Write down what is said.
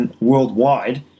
worldwide